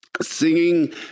singing